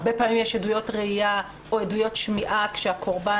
הרבה פעמים יש עדויות ראייה או עדויות שמיעה כאשר הקורבן